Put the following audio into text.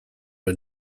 her